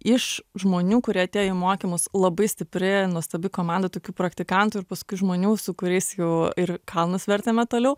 iš žmonių kurie atėjo į mokymus labai stipri nuostabi komanda tokių praktikantų ir paskui žmonių su kuriais jau ir kalnus vertėme toliau